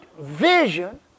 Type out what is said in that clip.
vision